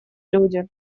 люди